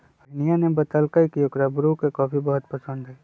रोहिनीया ने बतल कई की ओकरा ब्रू के कॉफी बहुत पसंद हई